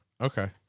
Okay